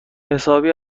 حسابی